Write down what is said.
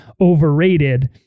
overrated